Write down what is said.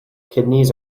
kidneys